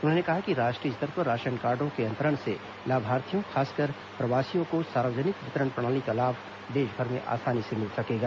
उन्होंने कहा कि राष्ट्रीय स्तर पर राशन कार्डो के अंतरण से लाभार्थियों खासकर प्रवासियों को सार्वजनिक वितरण प्रणाली का लाभ देशभर में आसानी से मिल सकेगा